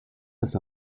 das